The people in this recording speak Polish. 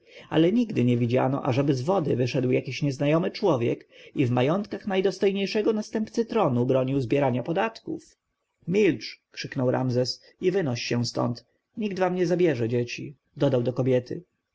ale nigdy nie widziano ażeby z wody wyszedł jakiś nieznajomy człowiek i w majątkach najdostojniejszego następcy tronu bronił zbierania podatków milcz krzyknął ramzes i wynoś się stąd nikt wam nie zabierze dzieci dodał do kobiety